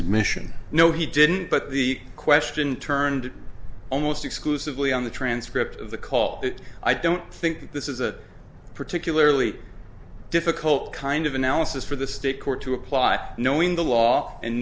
admission no he didn't but the question turned almost exclusively on the transcript of the call i don't think this is a particularly difficult kind of analysis for the state court to apply knowing the law and